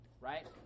right